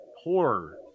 horror